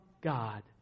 God